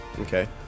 okay